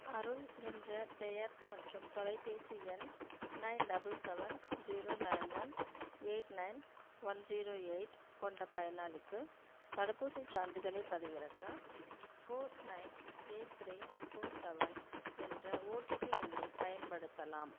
அருண் என்ற பெயர் மற்றும் தொலைபேசி எண் nine double seven zero nine one eight nine one zero eight கொண்ட பயனாளிக்கு தடுப்பூசிச் சான்றிதழைப் பதிவிறக்க four nine eight three two seven என்ற ஓடிபி எண்ணை பயன்படுத்தலாம்